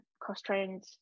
cross-trained